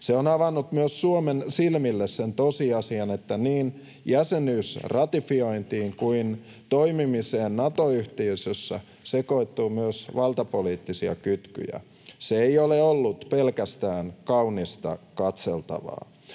Se on avannut myös Suomen silmille sen tosiasian, että niin jäsenyysratifiointiin kuin toimimiseen Nato-yhteisössä sekoittuu myös valtapoliittisia kytkyjä. Se ei ole ollut pelkästään kaunista katseltavaa.